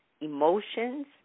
emotions